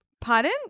Pardon